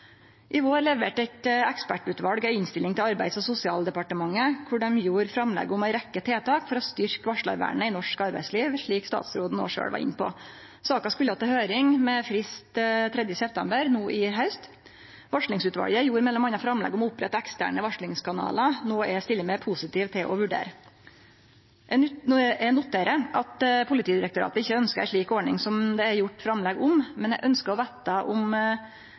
i dei ulike fasane. I vår leverte eit ekspertutval ei innstilling til Arbeids- og sosialdepartementet kor dei gjorde framlegg om ei rekkje tiltak for å styrkje varslarvernet i norsk arbeidsliv, slik òg statsråden sjølv var inne på. Saka skulle til høyring med frist 3. september no i haust. Varslingsutvalet gjorde m.a. framlegg om å opprette eksterne varslingskanalar, noko eg stiller meg positiv til å vurdere. Eg noterer at Politidirektoratet ikkje ønskjer ei slik ordning som det er gjort framlegg om, men eg ønskjer å få vite korleis justisministeren vurderer framlegget om